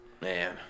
man